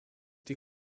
die